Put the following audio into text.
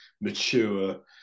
mature